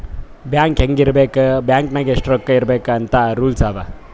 bank ಹ್ಯಾಂಗ್ ಇರ್ಬೇಕ್ bank ನಾಗ್ ಎಷ್ಟ ರೊಕ್ಕಾ ಇರ್ಬೇಕ್ ಅಂತ್ ರೂಲ್ಸ್ ಅವಾ